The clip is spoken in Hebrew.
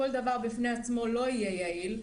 כל דבר בפני עצמו לא יהיה יעיל.